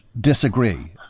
disagree